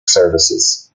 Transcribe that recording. services